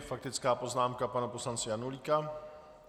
Faktická poznámka pana poslance Janulíka.